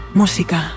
música